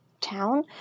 town